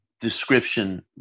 description